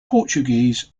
portuguese